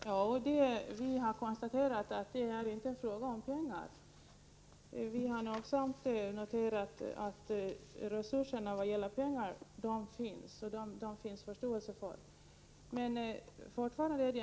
Herr talman! Vi har konstaterat att det inte är en fråga om pengar. Vi har nogsamt noterat att resurser i form av pengar finns, att det finns förståelse i det avseendet.